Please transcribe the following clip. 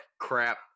crap